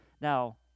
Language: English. now